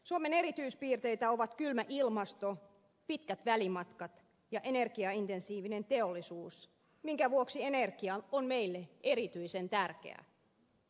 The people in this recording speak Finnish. suomen erityispiirteitä ovat kylmä ilmasto pitkät välimatkat ja energiaintensiivinen teollisuus minkä vuoksi energia on meille erityisen tärkeä